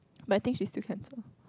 but I think she still cancel